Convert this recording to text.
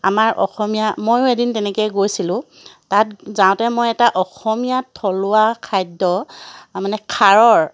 আমাৰ অসমীয়া ময়ো এদিন তেনেকৈ গৈছিলোঁ তাত যাওঁতে মই এটা অসমীয়া থলুৱা খাদ্য মানে খাৰৰ